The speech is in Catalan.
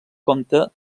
compta